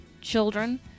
children